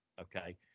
Okay